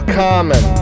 common